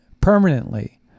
permanently